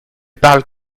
parles